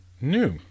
new